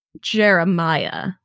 Jeremiah